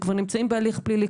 שכבר נמצאים בהליך פלילי,